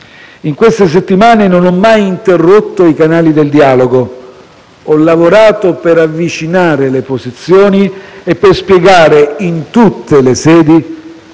In queste settimane non ho mai interrotto i canali del dialogo; ho lavorato per avvicinare le posizioni e per spiegare in tutte le sedi